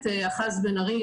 המערכת: אחז בן-ארי,